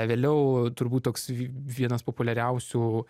vėliau turbūt toks v vienas populiariausių